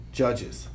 judges